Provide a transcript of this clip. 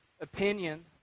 opinion